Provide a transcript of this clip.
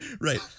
right